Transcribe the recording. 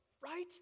Right